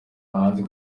hanze